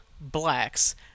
Black's